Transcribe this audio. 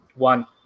one